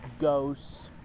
ghosts